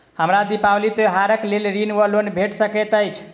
हमरा दिपावली त्योहारक लेल ऋण वा लोन भेट सकैत अछि?